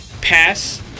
pass